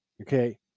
okay